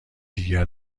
دیگر